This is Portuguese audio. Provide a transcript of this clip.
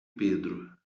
pedro